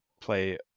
play